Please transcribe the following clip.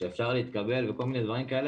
שאפשר להתקבל וכל מיני דברים כאלה,